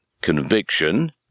conviction